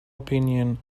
opinion